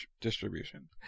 Distribution